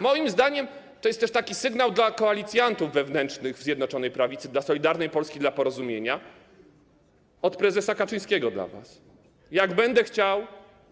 Moim zdaniem to jest też taki sygnał dla koalicjantów wewnętrznych w Zjednoczonej Prawicy, dla Solidarnej Polski, dla Porozumienia - od prezesa Kaczyńskiego dla was: jak będę chciał,